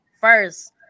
first